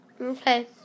Okay